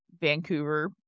Vancouver